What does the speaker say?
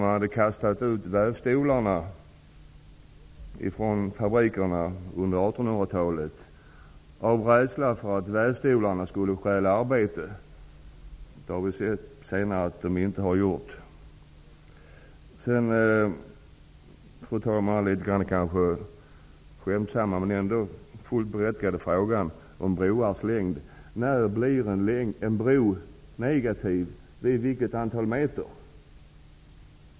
Engelsmännen kastade ju under 1800-talet ut vävstolarna från fabrikerna av rädsla för att vävstolarna skulle stjäla arbete. Vi har senare sett att de inte har gjort det. Fru talman! Jag vill sedan ställa en kanske litet skämtsam men ändå fullt berättigad fråga om broars längd. När blir en bro negativ, vid vilket antal meter?